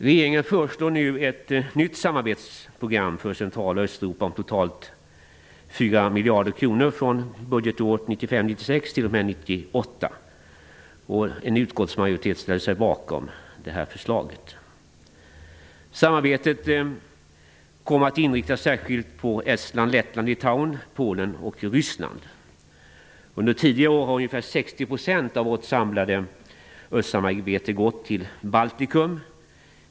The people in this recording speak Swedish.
Regeringen föreslår nu ett nytt samarbetsprogram för Central och Östeuropa om totalt 4 miljarder kronor från budgetåret 1995/96 t.o.m. 1998. Utskottsmajoriteten ställer sig bakom detta förslag. Samarbetet kommer att inriktas särskilt på Estland, Lettland, Litauen, Polen och Ryssland. Under tidigare år har ungefär 60 % av vårt samlade östsamarbete gått till Baltikum.